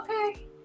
Okay